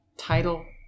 title